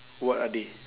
what are they